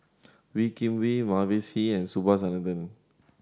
Wee Kim Wee Mavis Hee and Subhas Anandan